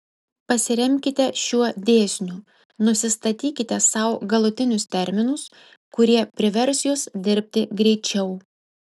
pasiremkite šiuo dėsniu nusistatykite sau galutinius terminus kurie privers jus dirbti greičiau